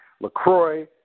LaCroix